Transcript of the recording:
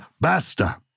basta